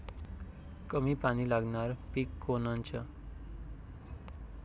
कमी पानी लागनारं पिक कोनचं?